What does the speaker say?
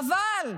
חבל.